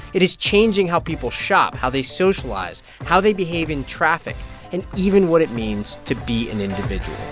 it is changing how people shop, how they socialize, how they behave in traffic and even what it means to be an individual